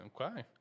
Okay